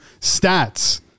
stats